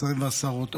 השרים והשרות,